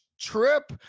trip